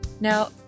Now